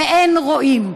באין רואים.